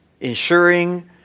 ensuring